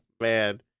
man